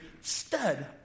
Stud